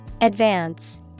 Advance